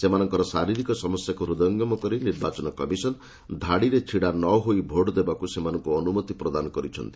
ସେମାନଙ୍କର ଶାରୀରିକ ସମସ୍ୟାକୁ ହୃଦୟଙ୍ଗମ କରି ନିର୍ବାଚନ କମିଶନ ଧାଡିରେ ଛିଡା ନହୋଇ ଭୋଟ ଦେବାକୁ ସେମାନଙ୍କୁ ଅନୁମତି ପ୍ରଦାନ କରିଛନ୍ତି